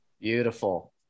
Beautiful